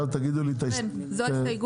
תגידו לי את ההסתייגות.